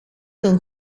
kan